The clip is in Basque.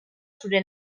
zure